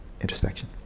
introspection